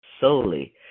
solely